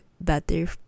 better